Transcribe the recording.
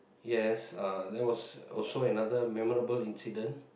yes uh that was also another memorable incident